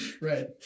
right